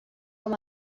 com